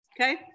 okay